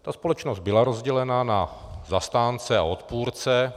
Ta společnost byla rozdělená na zastánce a odpůrce.